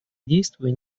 действуя